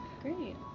Great